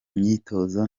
myitozo